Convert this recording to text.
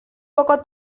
poco